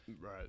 Right